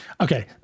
Okay